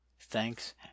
Thanks